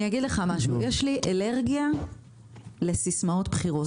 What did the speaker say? אני אגיד לך משהו, יש לי אלרגיה לסיסמאות בחירות.